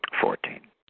Fourteen